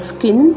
Skin